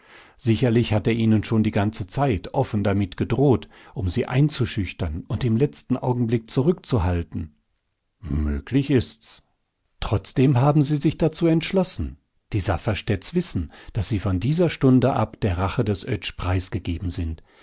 sicherlich hat er ihnen schon die ganze zeit offen damit gedroht um sie einzuschüchtern und im letzten augenblick zurückzuhalten möglich ist's trotzdem haben sie sich dazu entschlossen die safferstätts wissen daß sie von dieser stunde ab der rache des oetsch preisgegeben sind